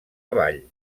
avall